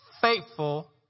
faithful